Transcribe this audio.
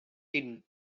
hidden